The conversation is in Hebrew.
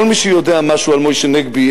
כל מי שיודע משהו על משה נגבי,